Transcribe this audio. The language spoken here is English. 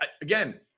again